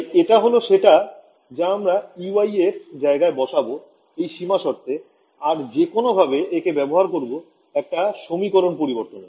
তাই এটা হল সেটা যা আমরা Ey এর জায়গায় বসাব এই সীমা শর্তে আর যেকোনো ভাবে একে ব্যবহার করবো একটা সমীকরণ পরিবর্তনে